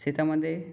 शेतामध्ये